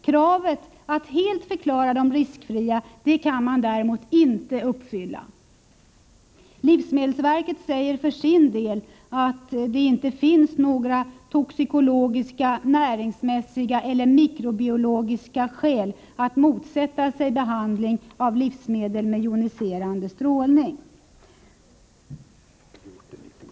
Kravet att helt förklara dem riskfria går däremot inte att uppfylla. Livsmedelsverket säger för sin del att det inte finns några toxikologiska, näringsmässiga eller mikrobiologiska skäl att motsätta sig behandling av livsmedel med joniserande strålning.